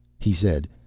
he said,